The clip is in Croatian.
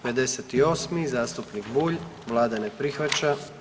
58. zastupnik Bulj, vlada ne prihvaća.